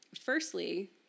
firstly